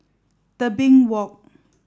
Tebing Walk